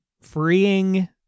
freeing